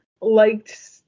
liked